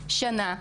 שנה.